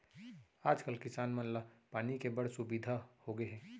आज कल किसान मन ला पानी के बड़ सुबिधा होगे हे